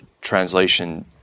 translation